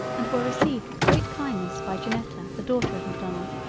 and were received with great kindness by janetta the daughter of macdonald,